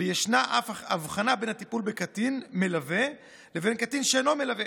ויש אף הבחנה בין הטיפול בקטין מלווה לבין קטין שאינו מלווה.